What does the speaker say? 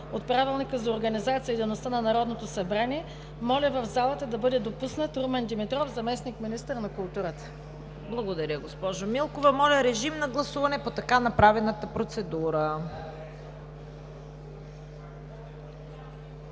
от Правилника за организацията и дейността на Народното събрание моля в залата да бъде допуснат Румен Димитров – заместник-министър на културата. ПРЕДСЕДАТЕЛ ЦВЕТА КАРАЯНЧЕВА: Благодаря, госпожо Милкова. Моля, режим на гласуване по така направената процедура.